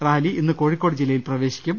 rally ഇന്ന് കോഴിക്കോട് ജില്ലയിൽ പ്രവേശിക്കും